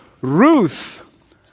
Ruth